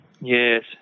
Yes